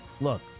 look